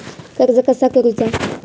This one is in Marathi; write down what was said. कर्ज कसा करूचा?